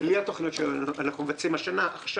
שלא יוכלו להיבנות בלי התוכניות שאנחנו מבצעים עכשיו,